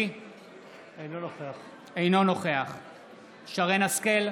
אינו נוכח שרן מרים השכל,